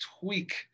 tweak